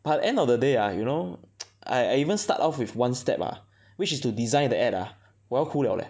but the end of the day uh you know I I even start off with one step ah which is to design the ad ah 我要哭了 leh